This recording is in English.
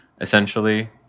essentially